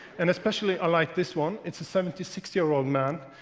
and especially, i like this one. it's a seventy six year old man.